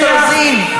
שלכם.